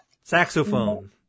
Saxophone